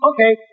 Okay